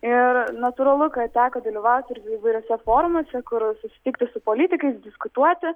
ir natūralu kad teko dalyvauti įvairiose forumuose kur susitikti su politikais diskutuoti